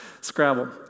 Scrabble